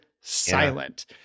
silent